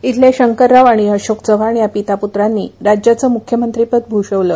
इथल्या शकरराव आणि अशोक चव्हाण या पितापुत्रांनी राज्याचं मुख्यमंत्रीपद भूषवलं